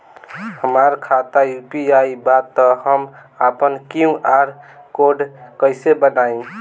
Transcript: हमार खाता यू.पी.आई बा त हम आपन क्यू.आर कोड कैसे बनाई?